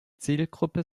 zielgruppe